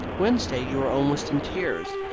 wednesday you were almost in tears,